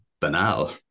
banal